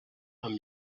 amb